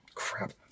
Crap